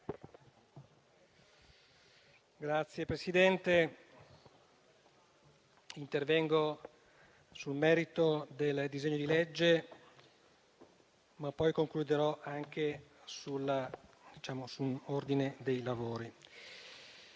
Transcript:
Signor Presidente, intervengo sul merito del disegno di legge, ma poi concluderò anche sull'ordine dei lavori.